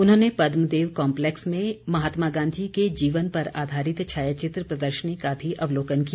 उन्होंने पदम देव कॉम्पलेक्स में महात्मा गांधी के जीवन पर आधारित छायाचित्र प्रदर्शनी का भी अवलोकन किया